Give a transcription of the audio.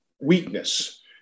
weakness